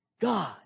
God